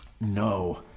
no